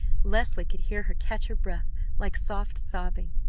leslie could hear her catch her breath like soft sobbing!